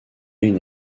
une